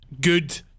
good